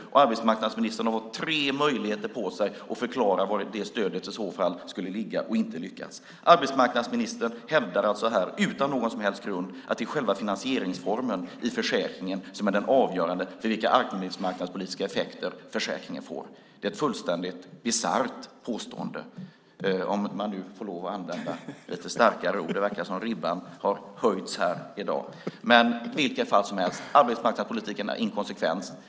Arbetsmarknadsministern har tre möjligheter på sig att i sina repliker förklara vari det stödet i så fall skulle ligga, men lyckas inte. Arbetsmarknadsministern hävdar alltså här, utan någon som helst grund, att det är själva finansieringsformen i försäkringen som är den avgörande för vilka arbetsmarknadspolitiska effekter försäkringen får. Det är ett fullständigt bisarrt påstående - om man nu får lov att använda lite starkare ord; det verkar som om ribban har höjts här i dag. I vilket fall som helst: Arbetsmarknadspolitiken är inkonsekvent.